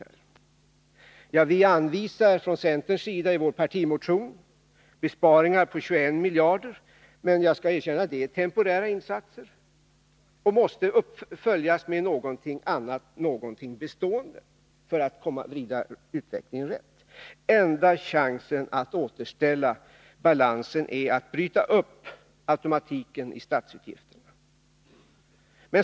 Centern anvisar i sin partimotion besparingar på 21 miljarder, men jag skall erkänna att det är temporära insatser som måste följas av andra och bestående för att utvecklingen skall vridas rätt. Enda chansen att återställa balansen är att bryta automatiken i statsutgifterna.